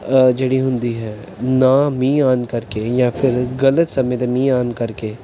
ਹੁੰਦੀ ਹੈ ਨਾ ਮੀਂਹ ਆਉਣ ਕਰਕੇ ਜਾਂ ਫਿਰ ਗਲਤ ਸਮੇਂ 'ਤੇ ਮੀਂਹ ਆਉਣ ਕਰਕੇ